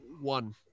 One